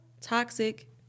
toxic